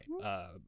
right